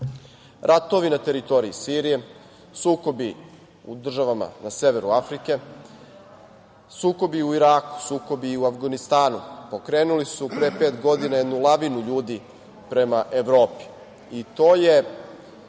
na teritoriji Sirije, sukobi u državama na severu Afrike, sukobi u Iraku, sukobi u Avganistanu pokrenuli su pre pet godina jednu lavinu ljudi prema Evropi